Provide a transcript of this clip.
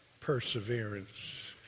perseverance